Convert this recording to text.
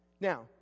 Now